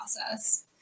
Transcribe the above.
process